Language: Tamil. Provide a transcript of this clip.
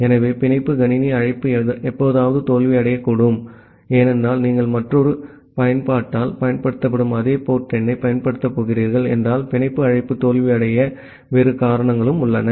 ஆகவே பிணைப்பு கணினி அழைப்பு எப்போதாவது தோல்வியடையக்கூடும் ஏனென்றால் நீங்கள் மற்றொரு பயன்பாட்டால் பயன்படுத்தப்படும் அதே போர்ட் எண்ணைப் பயன்படுத்தப் போகிறீர்கள் என்றால் பிணைப்பு அழைப்பு தோல்வியடைய வேறு காரணங்களும் உள்ளன